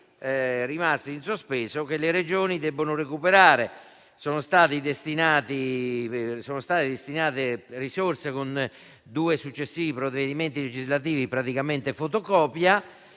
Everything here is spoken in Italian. rimasti in sospeso, che le Regioni devono recuperare. Sono state destinate risorse, con due successivi provvedimenti legislativi, praticamente in fotocopia,